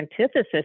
antithesis